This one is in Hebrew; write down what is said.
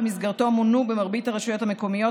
שבמסגרתו מונו במרבית הרשויות המקומיות